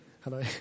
Hello